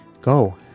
go